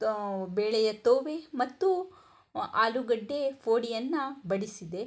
ತೋ ಬೇಳೆಯ ತೋವೆ ಮತ್ತು ಆಲೂಗಡ್ಡೆ ಪೋಡಿಯನ್ನು ಬಡಿಸಿದೆ